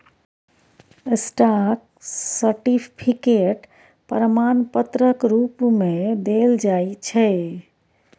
stock certificate प्रमाण पत्रक रुप मे देल जाइ छै